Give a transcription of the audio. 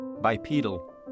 bipedal